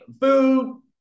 food